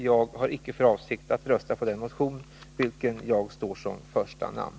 Jag har icke för avsikt att rösta för den motion på vilken jag står som första namn.